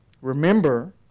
Remember